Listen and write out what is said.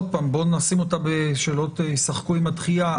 שוב, בוא נשים אותה שלא ישחקו עם הדחייה.